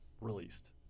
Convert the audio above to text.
released